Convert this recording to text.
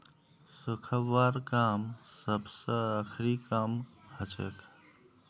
सुखव्वार काम सबस आखरी काम हछेक